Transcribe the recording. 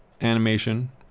Animation